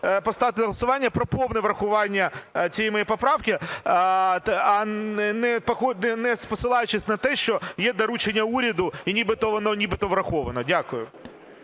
поставити на голосування про повне врахування цієї моєї поправки, не посилаючись на те, що є доручення уряду, і нібито воно враховано. Дякую.